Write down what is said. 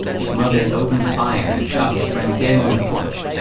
smothers opened fire and shot his friend dead on the porch.